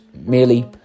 merely